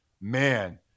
Man